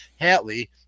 Hatley